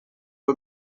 heu